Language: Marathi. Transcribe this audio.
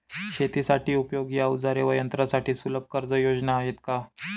शेतीसाठी उपयोगी औजारे व यंत्रासाठी सुलभ कर्जयोजना आहेत का?